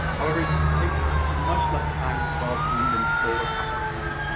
however, it it takes much less time to develop wind and solar power plants,